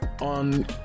on